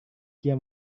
dia